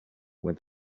when